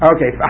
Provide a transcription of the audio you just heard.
Okay